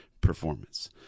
performance